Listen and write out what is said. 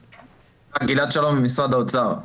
--- אני ממשרד האוצר.